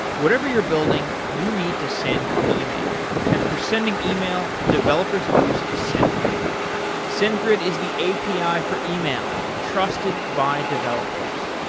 whatever you are building you need to send email and for sending email, developers use centigrade. centigrade is the api for email. trusted by developers,